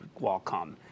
Qualcomm